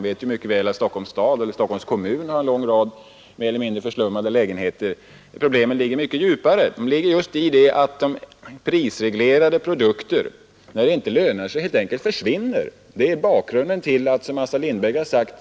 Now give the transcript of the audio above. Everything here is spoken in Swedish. Vi vet mycket väl att Stockholms kommun har en lång rad mer eller mindre förslummade lägenheter. Problemen ligger mycket djupare: de ligger just i att prisreglerade produkter försvinner när de inte längre lönar sig. Detta är bakgrunden till att, som Assar Lindbeck har sagt,